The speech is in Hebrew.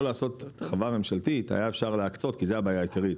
לעשות חברה ממשלתית היה אפשר להקצות כי זה הבעיה העיקרית,